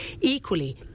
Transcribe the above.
Equally